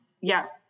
yes